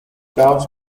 gauss